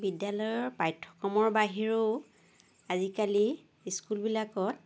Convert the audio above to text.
বিদ্যালয়ৰ পাঠ্যক্ৰমৰ বাহিৰেও আজিকালি স্কুলবিলাকত